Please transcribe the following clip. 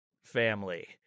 family